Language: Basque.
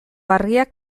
argiak